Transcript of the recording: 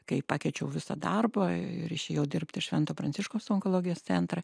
kai pakeičiau visą darbą ir išėjau dirbt į švento pranciškaus onkologijos centrą